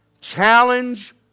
Challenge